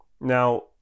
Now